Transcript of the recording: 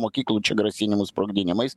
mokyklų čia grasinimas sprogdinimais